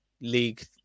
league